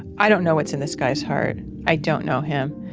i don't know what's in this guy's heart. i don't know him.